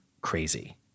crazy